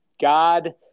God